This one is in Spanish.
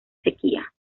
sequía